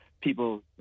people